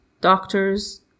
doctors